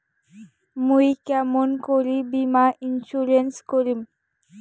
মুই কেমন করি বীমা ইন্সুরেন্স করিম?